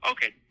Okay